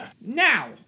Now